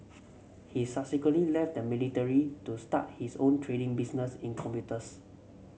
he subsequently left the military to start his own trading business in computers